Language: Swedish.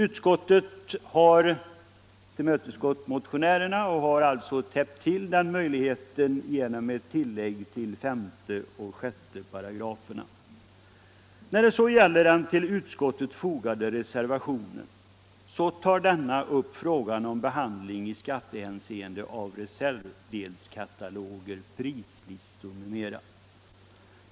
Utskottet har tillmötesgått motionärerna och har alltså täppt till den möjligheten genom ett tillägg till 5 och 6 §§. Den till betänkandet fogade reservationen tar upp frågan om behandlingen i skattehänseende av reservdelskataloger, prislistor m.m.